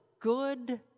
good